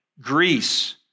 Greece